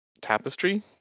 Tapestry